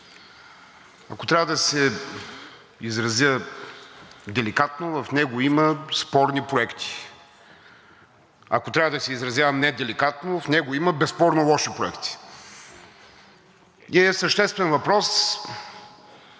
Ако трябва да се изразя деликатно, в него има спорни проекти. Ако трябва да се изразявам неделикатно, в него има безспорно лоши проекти. И е съществен въпрос